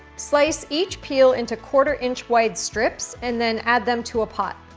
slice each peel into quarter inch wide strips and then add them to a pot.